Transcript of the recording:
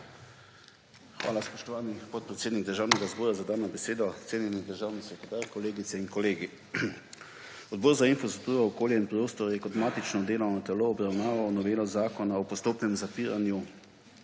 Hvala, spoštovani podpredsednik Državnega zbora, za dano besedo. Cenjeni državni sekretar, kolegice in kolegi! Odbor za infrastrukturo, okolje in prostor je kot matično delovno telo obravnaval novelo Zakona o postopnem zapiranju